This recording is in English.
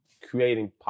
creating